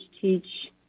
teach